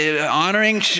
honoring